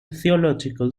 theological